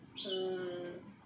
um